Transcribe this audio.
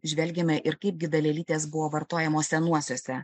žvelgiame ir kaipgi dalelytės buvo vartojamos senuosiuose